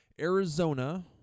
Arizona